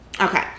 Okay